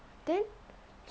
then